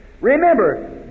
Remember